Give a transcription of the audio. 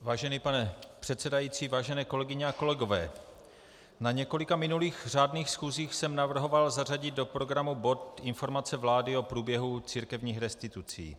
Vážený pane předsedající, vážené kolegyně a kolegové, na několika minulých řádných schůzích jsem navrhoval zařadit do programu bod Informace vlády o průběhu církevních restitucí.